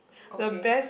okay